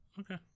Okay